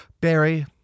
Barry